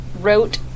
wrote